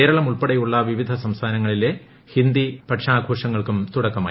കേരളം ഉൾപ്പെടെയുള്ള വിവിധ സംസ്ഥാനങ്ങളിലെ ഹിന്ദി പക്ഷാഘോഷങ്ങൾക്കും തുടക്കമായി